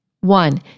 One